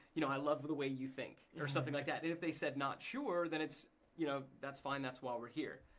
you know i love the way you think or something like that. if they said, not sure then you know that's fine, that's why we're here.